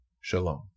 Shalom